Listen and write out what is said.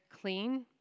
clean